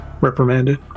reprimanded